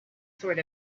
sort